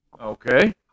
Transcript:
Okay